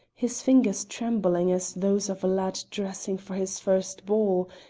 his fingers trembling as those of a lad dressing for his first ball,